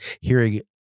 hearing